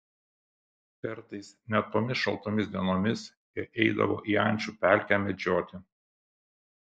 kartais net tomis šaltomis dienomis jie eidavo į ančių pelkę medžioti